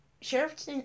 Sheriff